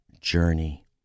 journey